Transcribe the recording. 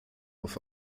auf